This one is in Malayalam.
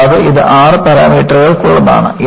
കൂടാതെ ഇത് ആറ് പാരാമീറ്ററുകൾക്കുള്ളതാണ്